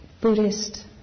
Buddhist